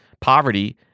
poverty